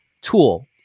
tool